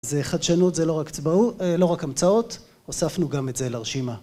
זה חדשנות, זה לא רק המצאות, הוספנו גם את זה לרשימה